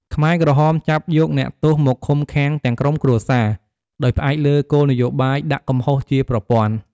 ខ្មែរក្រហមចាប់យកអ្នកទោសមកឃុំឃាំងទាំងក្រុមគ្រួសារ ដោយផ្អែកលើគោលនយោបាយដាក់កំហុសជាប្រព័ន្ធ។